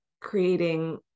creating